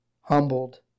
humbled